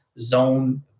zone